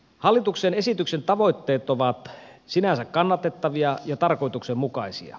hallituksen esityksen tavoitteet ovat sinänsä kannatettavia ja tarkoituksenmukaisia